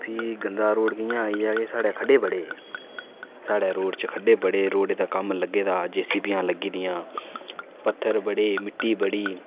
फ्ही गंदा रोड़ आई आ साढ़ै खड्डे बड़े साढ़ै रोड़ च खड्डे बड़े रोड़ै दा कम्म लग्गे दा जे सी बीयां लग्गी दियां पत्थर बड़े मिट्टी बड़ी